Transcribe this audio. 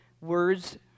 words